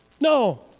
No